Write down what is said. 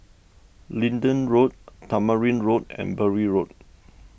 Leedon Road Tamarind Road and Bury Road